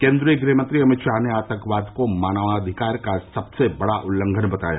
केन्द्रीय गृहमंत्री अमित शाह ने आतंकवाद को मानवाधिकार का सबसे बड़ा उल्लंघन बताया